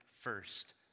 first